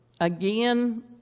again